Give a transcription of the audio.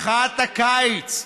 מחאת הקיץ,